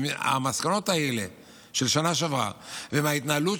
המסקנות האלה של השנה שעברה ומההתנהלות